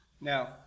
Now